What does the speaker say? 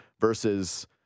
versus –